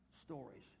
stories